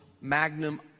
magnum